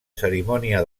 cerimònia